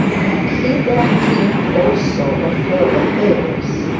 and he then dreamed also of further favours.